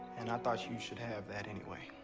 and i thought you should have that anyway.